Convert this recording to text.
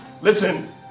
Listen